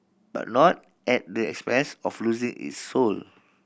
but not at the expense of losing its soul